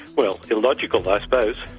well, illogical i suppose,